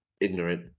ignorant